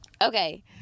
Okay